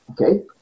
Okay